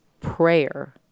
prayer